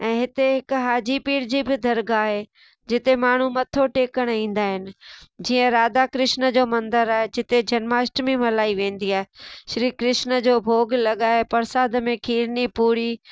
ऐं हिते हिकु हाजीपीर जी बि दरगाह आहे जिते माण्हू मथो टेकण ईंदा आहिनि जीअं राधा कृष्ण जो मंदरु आहे जिते जन्माष्टमी मल्हाई वेंदी आहे श्री कृष्ण जो भोॻु लॻाए प्रसाद में खीरनी पूड़ी